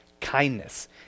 kindness